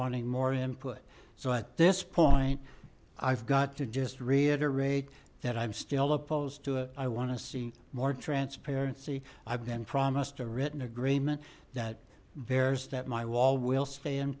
wanting more input so at this point i've got to just reiterate that i'm still opposed to it i want to see more transparency i've been promised a written agreement that bears that my wall will stay in